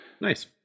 nice